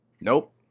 Nope